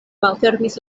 malfermis